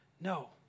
no